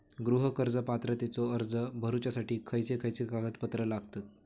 गृह कर्ज पात्रतेचो अर्ज भरुच्यासाठी खयचे खयचे कागदपत्र लागतत?